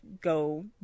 go